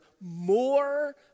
more